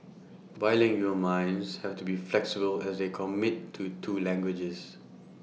bilingual minds have to be flexible as they commit to two languages